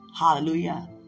Hallelujah